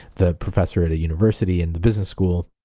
the professor at a university, in the business school,